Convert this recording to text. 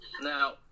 Now